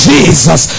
Jesus